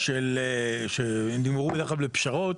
שנגמרו בדרך כלל בפשרות